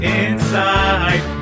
inside